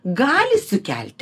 gali sukelti